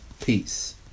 peace